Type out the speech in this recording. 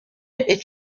est